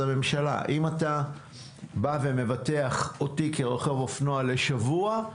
זה הממשלה מבטח אותי כרוכב אופנוע לשבוע,